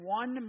one